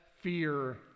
fear